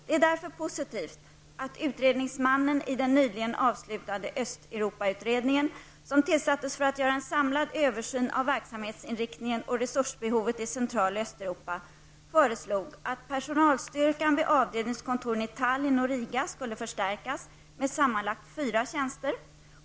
Det är därför positivt att utredningsmannen i den nyligen avslutade Östeuropautredningen, som tillsattes för att göra en samlad översyn av verksamhetsinriktningen och resursbehovet i Central och Östeuropa, föreslog att personalstyrkan vid avdelningskontoren i Tallinn och Riga skall förstärkas med sammanlagt fyra tjänster.